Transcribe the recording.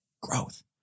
Growth